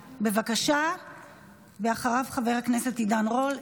בבקשה, ואחריו, חבר הכנסת עידן רול.